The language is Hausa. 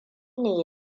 ne